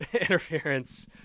interference